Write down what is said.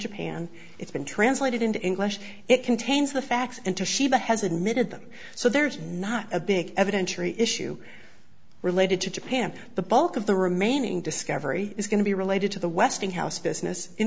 japan it's been translated into english it contains the facts and to sheeba has admitted them so there is not a big evidentiary issue related to japan the bulk of the remaining discovery is going to be related to the westinghouse business in